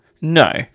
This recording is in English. No